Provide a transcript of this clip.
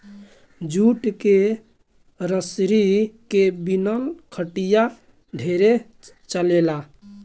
jute के रसरी के बिनल खटिया ढेरे चलेला